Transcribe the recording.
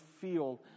feel